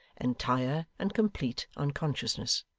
entire and complete unconsciousness.